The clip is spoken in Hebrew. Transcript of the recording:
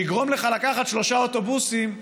שיגרום לך לקחת שלושה אוטובוסים,